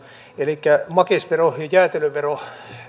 elikkä kun makeisveron ja jäätelöveron